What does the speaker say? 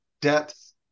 depth